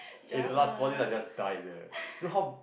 eh you know last four days I just die leh you know how